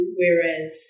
whereas